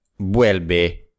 Vuelve